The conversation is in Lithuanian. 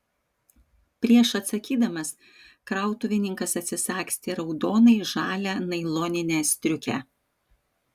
prieš atsakydamas krautuvininkas atsisagstė raudonai žalią nailoninę striukę